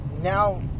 now